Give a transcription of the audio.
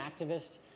activist